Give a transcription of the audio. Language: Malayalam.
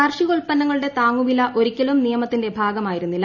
കാർഷി കോൽപ്പന്നങ്ങളുടെ താങ്ങുവില ഒരിക്കലും നിയമ ത്തിന്റെ ഭാഗമായിരുന്നില്ല